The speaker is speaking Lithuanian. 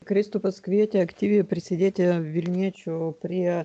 kristupas kvietė aktyviai prisidėti vilniečių prie